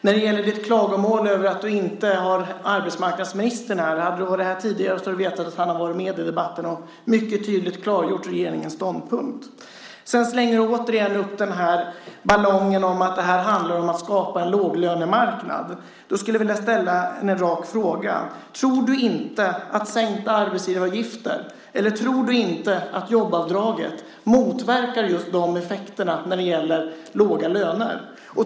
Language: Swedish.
När det gäller ditt klagomål över att inte arbetsmarknadsministern är här kan jag tala om att om du hade varit här tidigare hade du vetat att han har varit med i debatten och mycket tydligt klargjort regeringens ståndpunkt. Du slängde upp en ballong om att det här handlar om att skapa en låglönemarknad. Jag vill ställa en rak fråga: Tror du inte att sänkta arbetsgivaravgifter eller jobbavdrag just motverkar effekten låga löner?